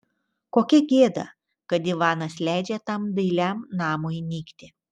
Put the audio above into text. kokia gėda kad ivanas leidžia tam dailiam namui nykti